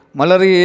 malari